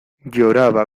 lloraba